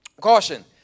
caution